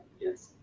yes